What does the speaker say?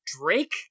Drake